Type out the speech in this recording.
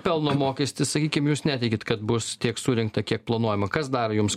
pelno mokestį sakykim jūs netikit kad bus tiek surinkta kiek planuojama kas dar jums